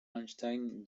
einstein